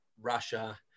Russia